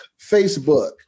Facebook